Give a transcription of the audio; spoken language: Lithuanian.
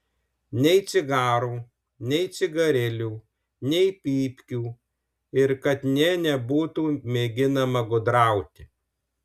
nei cigarų nei cigarilių nei pypkių ir kad nė nebūtų mėginama gudrauti